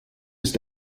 ist